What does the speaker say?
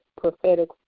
prophetic